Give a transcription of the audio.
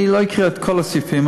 אני לא אקרא את כל הסעיפים,